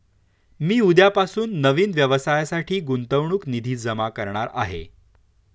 मी उद्यापासून नवीन व्यवसायासाठी गुंतवणूक निधी जमा करणार आहे